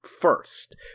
first